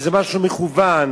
איזה משהו מכוון,